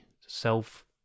self